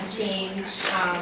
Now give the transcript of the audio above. change